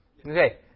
Okay